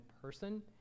person